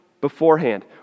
beforehand